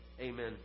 Amen